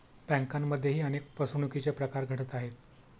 बँकांमध्येही अनेक फसवणुकीचे प्रकार घडत आहेत